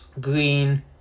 green